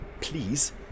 please